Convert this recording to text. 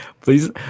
Please